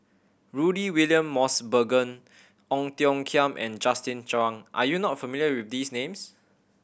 Rudy William Mosbergen Ong Tiong Khiam and Justin Zhuang are you not familiar with these names